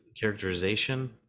characterization